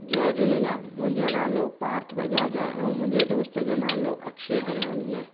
जय झूलेलाल मुंहिंजो नालो पार्थ बजाज आहे ऐं मुंहिंजे दोस्त जो नालो अक्षय हरयाणी आहे